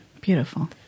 beautiful